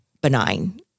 benign